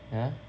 yeah